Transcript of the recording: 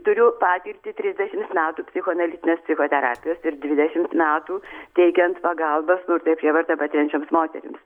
turiu patirtį trisdešimt metų psichoanalitinės psichoterapijos ir dvidešimt metų teikiant pagalbą smurtą ir prievartą patiriančioms moterims